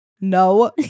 No